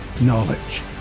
knowledge